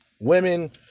women